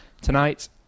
tonight